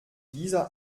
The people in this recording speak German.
dieser